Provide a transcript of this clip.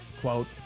quote